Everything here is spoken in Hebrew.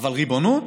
אבל ריבונות?